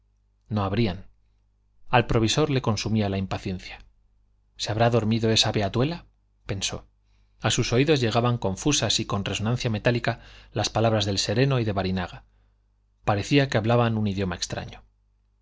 no abrían al provisor le consumía la impaciencia se habrá dormido esa beatuela pensó a sus oídos llegaban confusas y con resonancia metálica las palabras del sereno y de barinaga parecía que hablaban un idioma extraño